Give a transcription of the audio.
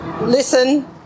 listen